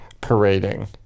parading